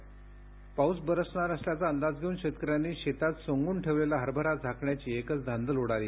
अवकाळी पाऊस बरसणार असल्याचा अंदाज घेऊन शेतकऱ्यांनी शेतात सोंगून ठेवलेला हरभरा झाकण्याची एकच धांदल उडाली